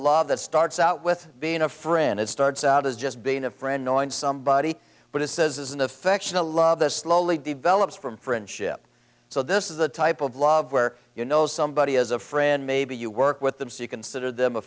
law that starts out with being a friend it starts out as just being a friend knowing somebody what it says is an affection a love the slowly develops from friendship so this is the type of love where you know somebody has a friend maybe you work with them so you consider them a